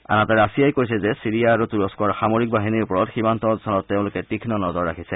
আনহাতে ৰাছিয়াই কৈছে যে চিৰিয়া আৰু তুৰস্থৰ সামৰিক বাহিনীৰ ওপৰত সীমান্ত অঞ্চলত তেওঁলোকে তীক্ষ নজৰ ৰাখিছে